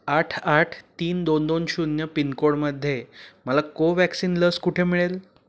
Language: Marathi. आठ आठ तीन दोन दोन शून्य पिनकोडमध्ये मला कोव्हॅक्सिन लस कुठे मिळेल